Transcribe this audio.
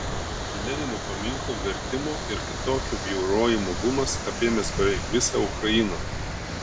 lenino paminklų vertimo ir kitokio bjaurojimo bumas apėmęs beveik visą ukrainą